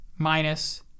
Minus